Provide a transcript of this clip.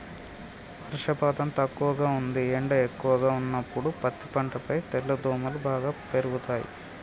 వర్షపాతం తక్కువగా ఉంది ఎండ ఎక్కువగా ఉన్నప్పుడు పత్తి పంటపై తెల్లదోమలు బాగా పెరుగుతయి